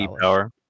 power